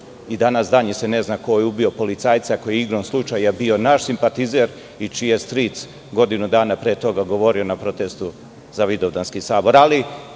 Dan danas se ne zna ko je ubio policajca koji je igrom slučaja bio naš simpatizer i čiji je stric godinu dana pre toga govorio na protestu za Vidovdanski sabor. Mogao